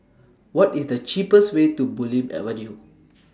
What IS The cheapest Way to Bulim Avenue